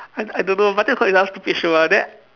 I I don't know but I think it's quite another stupid show ah then